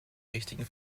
richtigen